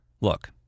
Look